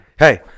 Hey